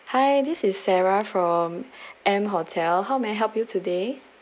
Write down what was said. hi this is sarah from M hotel how may I help you today